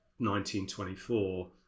1924